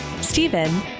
Stephen